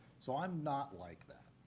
so i'm not like that.